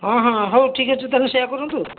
ହଁ ହଁ ହଉ ଠିକ୍ ଅଛି ତାହେଲେ ସେଇଆ କରନ୍ତୁ